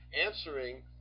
answering